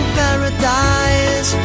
paradise